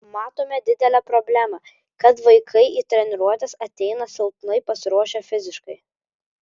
matome didelę problemą kad vaikai į treniruotes ateina silpnai pasiruošę fiziškai